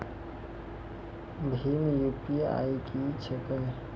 भीम UPI की छीके?